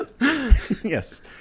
Yes